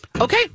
Okay